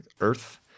Earth